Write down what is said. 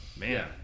Man